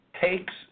takes